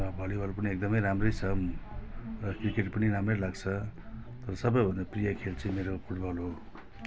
volleyball पनि एकदमै राम्रै छ र क्रिकेट पनि राम्रै लाग्छ सबैभन्दा प्रिय खेल चाहिँ मेरो फुटबल हो